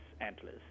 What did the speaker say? antlers